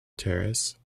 terrace